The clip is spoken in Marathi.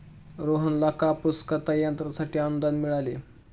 रोहनला कापूस कताई यंत्रासाठी अनुदान मिळाले